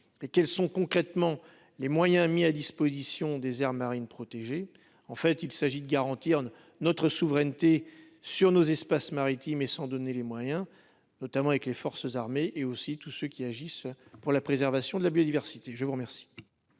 quelles sont concrètement les moyens mis à disposition des aires marines protégées, en fait, il s'agit de garantir notre souveraineté sur nos espaces maritimes et sans donner les moyens, notamment avec les forces armées et aussi tous ceux qui agissent pour la préservation de la biodiversité, je vous remercie,